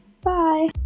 Bye